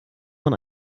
man